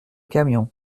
camion